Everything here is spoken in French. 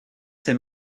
s’est